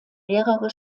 mehrere